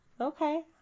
Okay